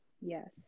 yes